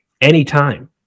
anytime